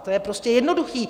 To je prostě jednoduchý.